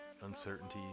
uncertainty